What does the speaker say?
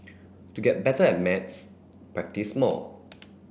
to get better at maths practise more